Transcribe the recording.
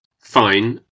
fine